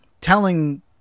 telling